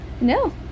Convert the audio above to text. No